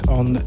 on